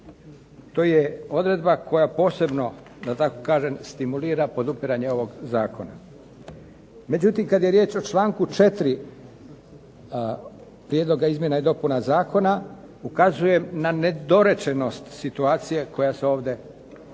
To je odredba koja posebno, da tako kažem, stimulira podupiranje ovog zakona. Međutim, kad je riječ o članku 4. Prijedloga izmjena i dopuna zakona ukazujem na nedorečenost situacije koja se ovdje predlaže.